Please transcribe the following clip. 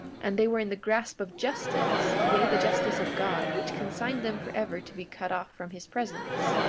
and they were in the grasp of justice yea, the justice of god, which consigned them forever to be cut off from his presence.